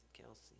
Kelsey